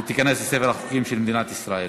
ותיכנס לספר החוקים של מדינת ישראל.